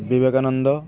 Vivekananda